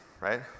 right